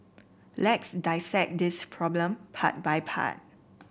let's dissect this problem part by part